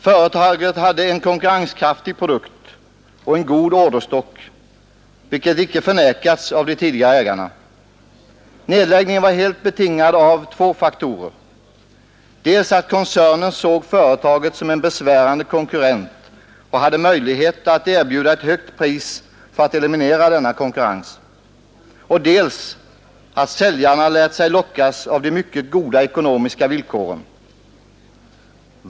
Företaget hade en konkurrenskraftig produkt och en god orderstock, vilket icke förnekats av de tidigare ägarna. Nedläggningen var helt betingad av två faktorer: dels att koncernen såg företaget som en besvärande konkurrent och hade möjligheter att erbjuda ett högt pris för att eliminera denna konkurrent, dels att säljaren lät sig lockas av de mycket goda ekonomiska villkoren.